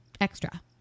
extra